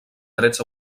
trets